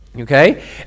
Okay